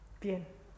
Bien